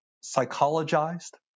psychologized